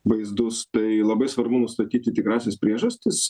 vaizdus tai labai svarbu nustatyti tikrąsias priežastis